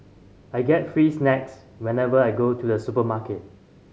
I get free snacks whenever I go to the supermarket